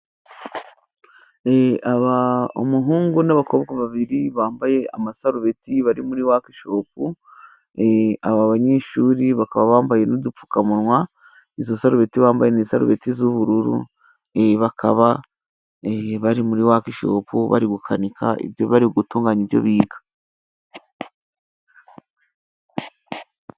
Aba, umuhungu n'abakobwa babiri bambaye amasarubeti bari muri wakeshopu. Aba banyeshuri bakaba bambaye n'udupfukamunwa, izo sarubeti bambaye ni isarubeti z'ubururu bakaba bari muri wakeshopu bari gukanika ibyo ,bari gutunganya ibyo biga.